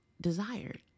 desired